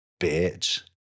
Bitch